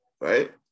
right